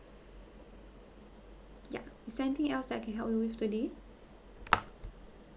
ya is there anything else that I can help you with today